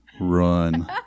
run